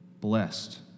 Blessed